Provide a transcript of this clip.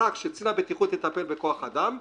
וההכרח שקצין הבטיחות יטפל בכוח אדם,